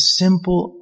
simple